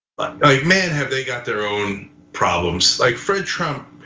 man, have they got their own problems. like fred trump,